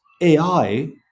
AI